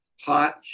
Hot